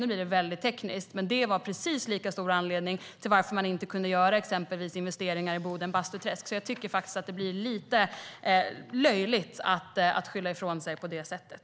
Nu blir det väldigt tekniskt, men det var exempelvis en precis lika stor anledning till att man inte kunde göra investeringar på sträckan Boden-Bastuträsk. Jag tycker att det blir lite löjligt att skylla ifrån sig på det sättet.